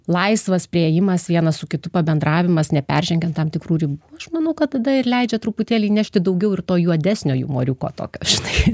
laisvas priėjimas vienas su kitu pabendravimas neperžengiant tam tikrų ribų aš manau kad tada ir leidžia truputėlį įnešti daugiau ir to juodesnio jumoriuko tokio žinai